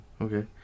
Okay